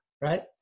right